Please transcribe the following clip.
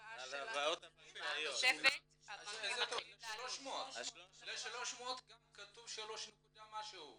מכיוון שבתכנית כתוב בצורה מפורטת 600,000 שקל לעשר שנים ללא ריבית.